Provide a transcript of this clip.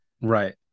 Right